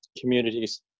communities